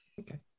Okay